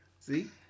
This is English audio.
See